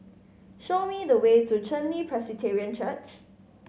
show me the way to Chen Li Presbyterian Church